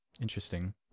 Interesting